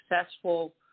successful